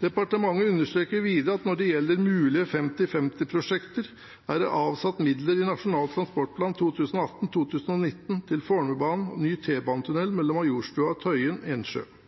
Departementet understreker videre at når det gjelder mulige 50/50-prosjekter, er det er avsatt midler i Nasjonal transportplan 2018–2029 til Fornebubanen og ny T-banetunnel mellom Majorstuen og Tøyen/Ensjø. Av